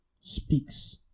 SPEAKS